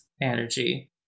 energy